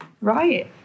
Right